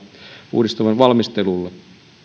uudistuksen valmistelulle